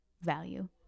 value